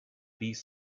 these